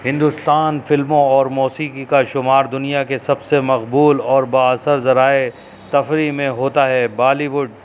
ہندوستان فلموں اور موسیقی کا شمار دنیا کے سب سے مقبول اور با اثر ذرائع تفریح میں ہوتا ہے بالی ووڈ